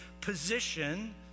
position